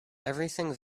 everything